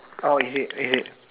oh is it is it